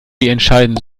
entscheiden